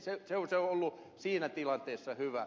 se olisi ollut siinä tilanteessa hyvä